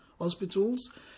hospitals